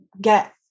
get